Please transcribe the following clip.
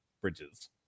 bridges